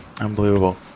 unbelievable